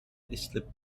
islip